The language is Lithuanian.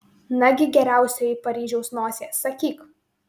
nagi geriausioji paryžiaus nosie sakyk